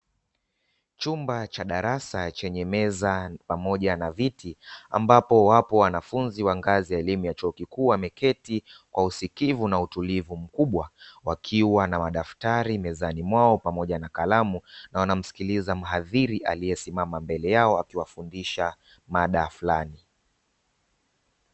Chumba cha darasa chenye meza pamoja na viti, ambapo wapo wanafunzi wa ngazi ya elimu ya chuo kikuu wameketi kwa usikivu na utulivu mkubwa, wakiwa na madaftari mezani mwao pamoja na kalamu na wanamsikiliza mhadhiri aliyesimama mbele yao akiwafundisha mada fulani.